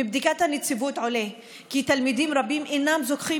מבדיקת הנציבות עולה כי תלמידים רבים אינם זוכים